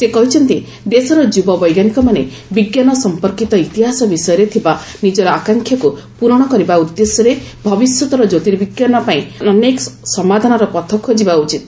ସେ କହିଛନ୍ତି ଦେଶର ଯୁବ ବୈଜ୍ଞାନିକମାନେ ବିଜ୍ଞାନ ସମ୍ପର୍କିତ ଇତିହାସ ବିଷୟରେ ଥିବା ନିଜର ଆକାଂକ୍ଷାକୁ ପ୍ରରଣ କରିବା ସହ ଭବିଷ୍ୟତର କ୍ୟୋତିର୍ବିଜ୍ଞାନପାଇଁ ଅନେକ ସମାଧାନର ପଥ ଖୋଜିବା ଉଚିତ